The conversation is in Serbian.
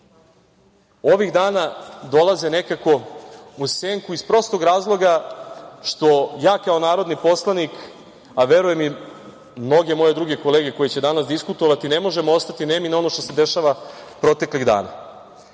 ovih dana dolaze nekako u senku iz prostog razloga što ja kao narodni poslanik, a verujem i mnoge moje druge kolege koje će danas diskutovati, ne možemo ostati nemi na ono što se dešava proteklih